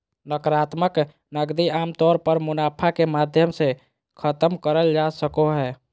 नाकरात्मक नकदी आमतौर पर मुनाफा के माध्यम से खतम करल जा सको हय